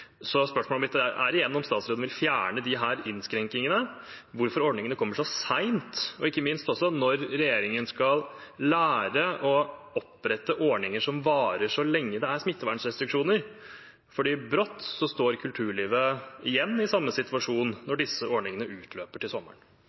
Så spørsmålet mitt er igjen om statsråden vil fjerne disse innskrenkningene, hvorfor ordningene kommer så sent, og ikke minst: Når skal regjeringen lære å opprette ordninger som varer så lenge det er smittevernrestriksjoner? For brått står kulturlivet igjen i samme situasjon, når disse ordningene utløper til sommeren.